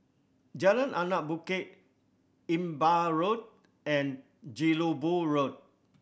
Jalan Anak Bukit Imbiah Road and Jelebu Road